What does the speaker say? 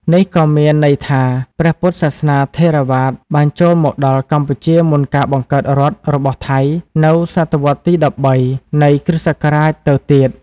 នេះក៏មានន័យថា ព្រះពុទ្ធសាសនាថេរវាទបានចូលមកដល់កម្ពុជាមុនការបង្កើតរដ្ឋរបស់ថៃនៅសតវត្សរ៍ទី ១៣ នៃគ្រិស្តសករាជទៅទៀត។